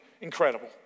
incredible